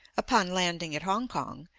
upon landing at hong-kong,